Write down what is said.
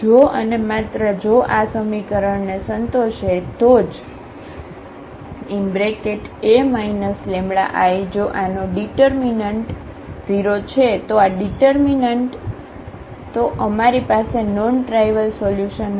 જો અને માત્ર જો આ સમીકરણને સંતોષે તો જ A λI જો આનો ઙીટરમીનન્ટ 0 છે તો આ ઙીટરમીનન્ટ તો અમારી પાસે નોન ટ્રાઇવલ સોલ્યુશન હશે